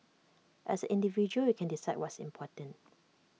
as an individual you can decide what's important